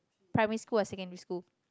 primary school or secondary school